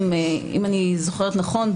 אם אני זוכרת נכון,